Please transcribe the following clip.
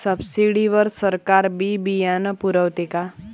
Subsidy वर सरकार बी बियानं पुरवते का?